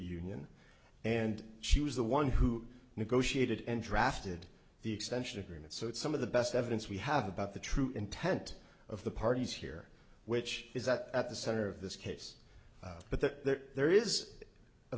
union and she was the one who negotiated and drafted the extension agreement so some of the best evidence we have about the true intent of the parties here which is that at the center of this case but that there